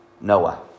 Noah